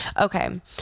okay